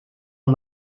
und